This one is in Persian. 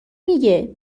میگه